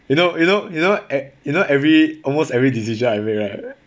you know you know you know e~ you know every almost every decision I make right